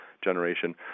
generation